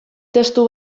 testu